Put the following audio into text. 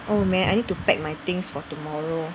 oh man I need to pack my things for tomorrow